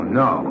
no